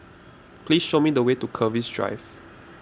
please show me the way to Keris Drive